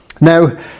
now